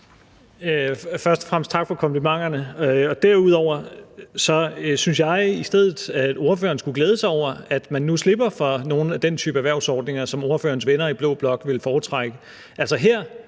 Først og fremmest tak for komplimenterne. Derudover synes jeg, at ordføreren i stedet for skulle glæde sig over, at man nu slipper for nogle af den type erhvervsordninger, som ordførerens venner i blå blok nok ville foretrække. Altså, her